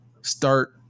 start